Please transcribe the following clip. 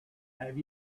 have